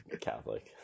Catholic